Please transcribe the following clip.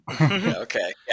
Okay